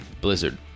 Blizzard